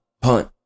punt